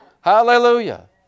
Hallelujah